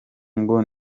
ngo